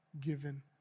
given